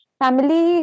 family